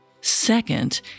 Second